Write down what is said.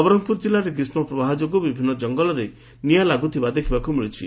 ନବରଙ୍ଙପୁର ଜିଲ୍ଲାରେ ଗ୍ରୀଷ୍ଟପ୍ରବାହ ଯୋଗୁଁ ବିଭିନ୍ନ ଜଙ୍ଗଲରେ ନିଆଁ ଲାଗୁଥିବାର ଦେଖିବାକୁ ମିଳୁଛି